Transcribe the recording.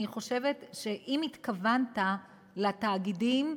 האם התכוונת לתאגידים,